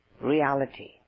reality